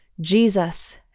Jesus